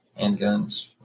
handguns